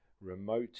remote